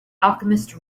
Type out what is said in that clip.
alchemist